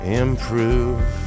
improve